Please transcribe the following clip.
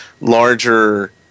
larger